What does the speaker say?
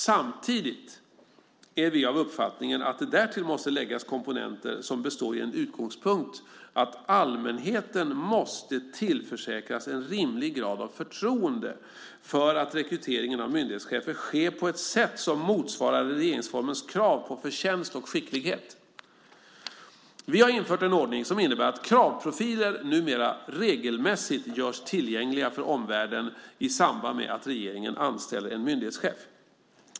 Samtidigt är vi av uppfattningen att det därtill måste läggas komponenter som består i en utgångspunkt att allmänheten måste tillförsäkras en rimlig grad av förtroende för att rekryteringen av myndighetschefer sker på ett sätt som motsvarar regeringsformens krav på förtjänst och skicklighet. Vi har infört en ordning som innebär att kravprofiler numera regelmässigt görs tillgängliga för omvärlden i samband med att regeringen anställer en myndighetschef.